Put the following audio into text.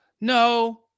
No